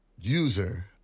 user